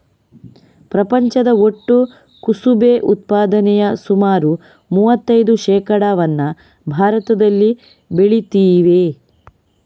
ಪ್ರಪಂಚದ ಒಟ್ಟು ಕುಸುಬೆ ಉತ್ಪಾದನೆಯ ಸುಮಾರು ಮೂವತ್ತೈದು ಶೇಕಡಾವನ್ನ ಭಾರತದಲ್ಲಿ ಬೆಳೀತೇವೆ